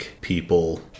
people